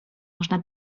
można